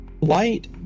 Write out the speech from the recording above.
light